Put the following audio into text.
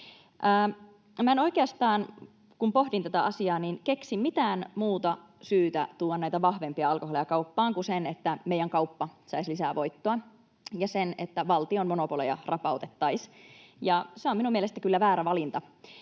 kun pohdin tätä asiaa, keksi mitään muuta syytä tuoda näitä vahvempia alkoholeja kauppaan kuin sen, että meidän kauppa saisi lisää voittoa, ja sen, että valtion monopoleja rapautettaisiin, ja se on minun mielestäni kyllä väärä valinta.